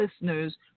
listeners